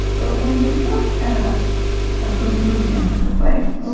but when we look at i'm going to move now to the whales.